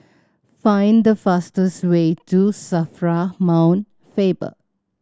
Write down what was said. find the fastest way to SAFRA Mount Faber